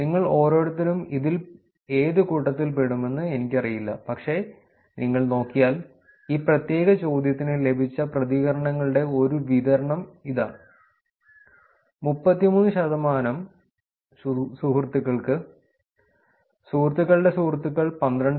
നിങ്ങൾ ഓരോരുത്തരും ഇതിൽ ഏതുകൂട്ടത്തിൽ പെടുമെന്ന് എനിക്കറിയില്ല പക്ഷേ നിങ്ങൾ നോക്കിയാൽ ഈ പ്രത്യേക ചോദ്യത്തിന് ലഭിച്ച പ്രതികരണങ്ങളുടെ ഒരു വിതരണം ഇതാ 33 ശതമാനം സുഹൃത്തുക്കൾക്ക് സുഹൃത്തുക്കളുടെ സുഹൃത്തുക്കൾ 12